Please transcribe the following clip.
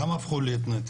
למה הם הפכו להיות נטל?